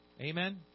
Amen